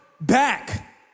back